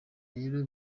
rero